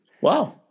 Wow